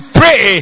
pray